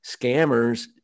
scammers